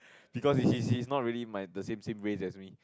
because he's he's he's not really my the same same race as me